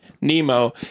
Nemo